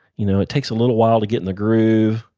you know it takes a little while to get in the groove,